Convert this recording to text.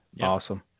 Awesome